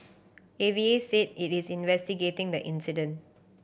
A V A said it is investigating the incident